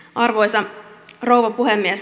arvoisa rouva puhemies